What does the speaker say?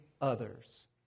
others